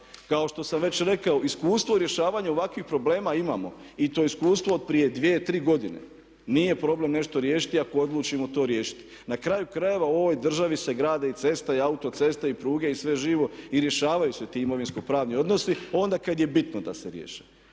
Kao što sam već rekao iskustvo u rješavanju ovakvih problema imamo i to iskustvo od prije 2, 3 godine. Nije problem nešto riješiti ako odlučimo to riješiti. Na kraju krajeva u ovoj državi se grade i ceste i autoceste i pruge i sve živo i rješavaju se ti imovinsko pravni odnosi onda kada je bitno da se riješi.